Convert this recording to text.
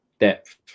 depth